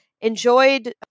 enjoyed